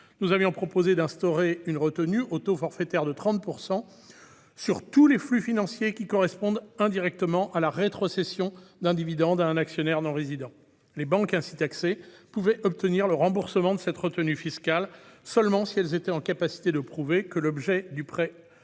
Nous avions proposé d'instaurer une retenue au taux forfaitaire de 30 % sur « tous les flux financiers qui correspondent indirectement à la rétrocession d'un dividende à un actionnaire non-résident ». Les banques ainsi taxées pouvaient obtenir le remboursement de cette retenue fiscale seulement si elles étaient en capacité de prouver que l'objet du